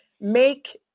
make